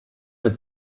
mit